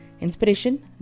Inspiration